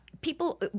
People